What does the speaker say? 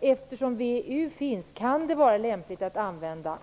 "Eftersom VEU finns kan det vara lämpligt att använda.